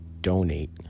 donate